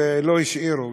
ולא השאירו,